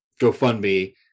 GoFundMe